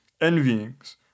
envyings